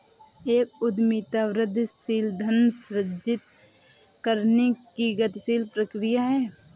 एक उद्यमिता वृद्धिशील धन सृजित करने की गतिशील प्रक्रिया है